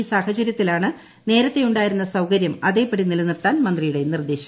ഈ സാഹചര്യത്തിലാണ് നേരത്തെയുണ്ടായിരുന്ന സൌകര്യം അതേപടി നിലനിർത്താൻ മന്ത്രിയുടെ നിർദ്ദേശം